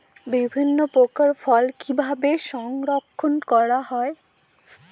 বিভিন্ন প্রকার ফল কিভাবে সংরক্ষণ করা হয়?